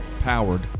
Powered